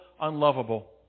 unlovable